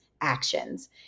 actions